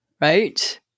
Right